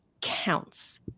counts